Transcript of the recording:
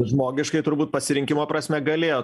žmogiškai turbūt pasirinkimo prasme galėjo